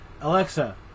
Alexa